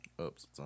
oops